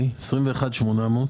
מה זה 21,800,000?